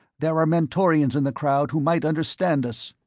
there are mentorians in the crowd who might understand us.